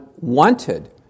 wanted